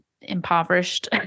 impoverished